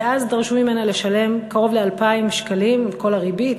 ואז דרשו ממנה לשלם קרוב ל-2,000 שקלים עם כל הריבית,